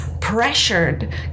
pressured